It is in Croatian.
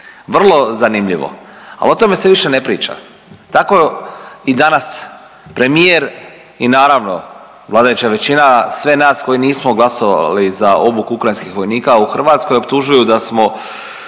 Vrlo zanimljivo. Ali o tome se više ne priča. Tako i danas, premijer i naravno, vladajuća većina sve nas koji nismo glasovali za obuku ukrajinskih vojnika u Hrvatskoj optužuju da smo